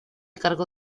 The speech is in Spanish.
cargo